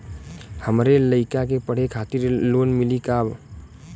हमरे लयिका के पढ़े खातिर लोन मिलि का?